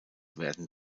werden